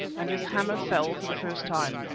and his hammer fell for the first time.